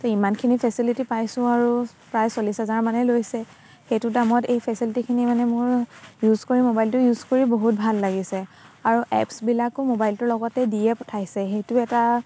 ত' ইমানখিনি ফেচেলিটি পাইছোঁ আৰু প্ৰায় চল্লিছ হাজাৰ মানেই লৈছে সেইটো দামত এই ফেচেলিটিখিনি মানে মোৰ ইউজ কৰি মোবাইলটো ইউজ কৰি বহুত ভাল লাগিছে আৰু এপ্ছবিলাকো মোবাইলটো লগতে দিয়ে পঠাইছে সেইটো এটা